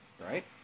right